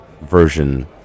version